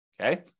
Okay